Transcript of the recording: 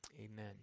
Amen